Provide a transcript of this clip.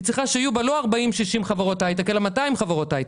היא צריכה שיהיו בה לא 60-40 חברות היי-טק אלא 200 חברות היי-טק,